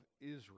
Israel